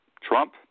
Trump